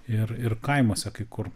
ir ir kaimuose kai kur